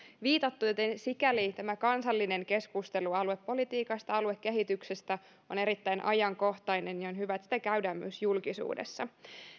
viitattu joten sikäli tämä kansallinen keskustelu aluepolitiikasta ja aluekehityksestä on erittäin ajankohtainen ja on hyvä että sitä käydään myös julkisuudessa